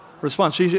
Response